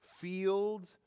field